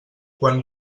quan